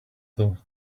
though